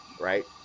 right